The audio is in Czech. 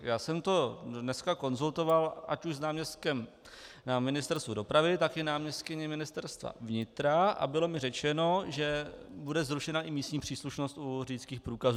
Já jsem to dneska konzultoval ať už s náměstkem na Ministerstvu dopravy, tak i s náměstkyní Ministerstva vnitra a bylo mi řečeno, že bude zrušena i místní příslušnost u řidičských průkazů.